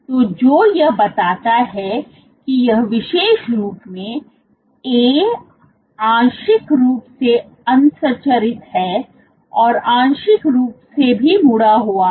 तो जो यह बताता है कि यह विशेष रूप से A आंशिक रूप से असंरचित है और आंशिक रूप से मुड़ा हुआ है